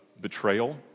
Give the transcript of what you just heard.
betrayal